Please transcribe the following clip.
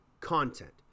content